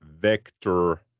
vector